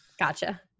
Gotcha